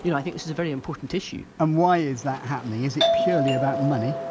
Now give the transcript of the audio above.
you know i think this is a very important issue and why is that happening? is it purely about money?